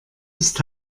ist